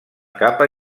capa